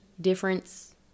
difference